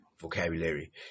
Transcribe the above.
vocabulary